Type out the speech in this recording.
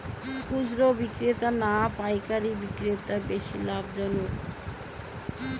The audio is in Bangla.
খুচরো বিক্রেতা না পাইকারী বিক্রেতারা বেশি লাভবান হয়?